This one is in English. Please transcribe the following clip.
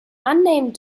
unnamed